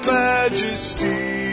majesty